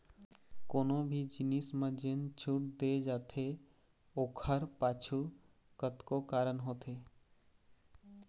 कोनो भी जिनिस म जेन छूट दे जाथे ओखर पाछू कतको कारन होथे